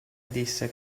disse